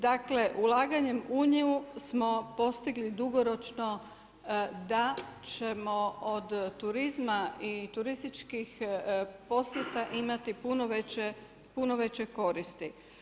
Dakle, ulaganjem u nju smo postigli dugoročno da ćemo od turizma i turističkih posjeta imati puno veće koristi.